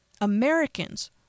Americans